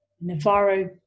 Navarro